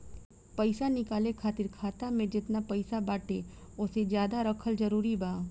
पईसा निकाले खातिर खाता मे जेतना पईसा बाटे ओसे ज्यादा रखल जरूरी बा?